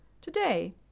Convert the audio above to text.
Today